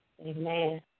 Amen